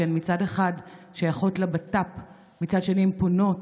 ומצד אחד הן שייכות לבט"פ ומצד אחר הן פונות